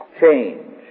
change